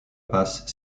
passent